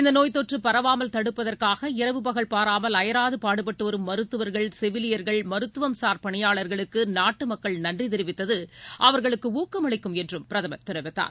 இந்த நோய்த்தொற்று பரவாமல் தடுப்பதற்காக இரவு பகல் பாராமல் அயராது பாடுபட்டு வரும் மருத்துவர்கள் செவிலியர்கள் மருத்துவம் சார் பணியாளர்களுக்கு நாட்டு மக்கள் நன்றி தெரிவித்தது அவர்களுக்கு ஊக்கமளிக்கும் என்றும் பிரதமர் தெரிவித்தார்